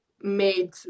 made